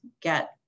get